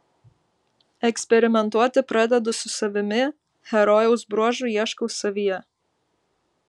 eksperimentuoti pradedu su savimi herojaus bruožų ieškau savyje